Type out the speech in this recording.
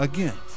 Again